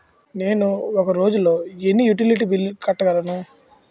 నేను ఒక రోజుల్లో ఎన్ని యుటిలిటీ బిల్లు కట్టగలను?